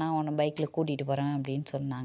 நான் உன்ன பைக்ல கூட்டிட்டு போகிறேன் அப்படின்னு சொன்னாங்கள்